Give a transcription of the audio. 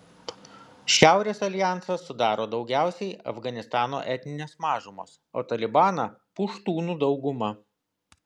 šiaurės aljansą sudaro daugiausiai afganistano etninės mažumos o talibaną puštūnų dauguma